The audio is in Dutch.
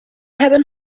hebben